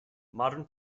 modern